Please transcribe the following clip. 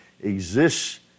exists